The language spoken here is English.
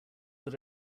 that